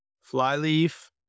Flyleaf